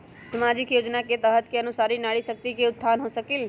सामाजिक योजना के तहत के अनुशार नारी शकति का उत्थान हो सकील?